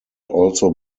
also